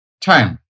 time